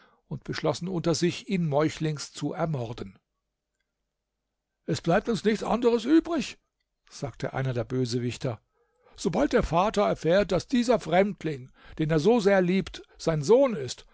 und beschlossen unter sich ihn meuchlings zu ermorden es bleibt uns nichts anderes übrig sagte einer der bösewichter sobald der vater erfährt daß dieser fremdling den er so sehr liebt sein sohn ist